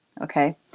Okay